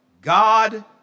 God